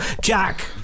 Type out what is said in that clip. Jack